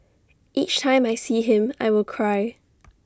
each time I see him I will cry